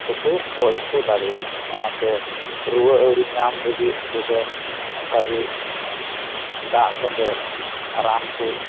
ᱛᱮᱠᱚ ᱜᱚᱡ ᱦᱚᱸᱠᱚ ᱫᱟᱲᱮᱭᱟᱜᱼᱟ ᱚᱱᱟᱛᱮ ᱨᱩᱣᱟᱹ ᱟᱹᱣᱨᱤ ᱧᱟᱢ ᱨᱮᱜᱮ ᱩᱱᱠᱩ ᱫᱚ ᱚᱱᱠᱟ ᱜᱮ ᱫᱟᱜ ᱥᱚᱸᱜᱮ ᱨᱟᱱ ᱠᱚ